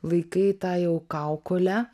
laikai tą jau kaukolę